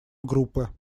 группы